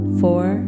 four